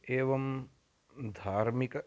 एवं धार्मिक